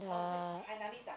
the